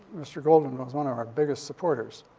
mr. golden but was one of our biggest supporters.